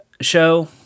show